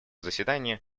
заседание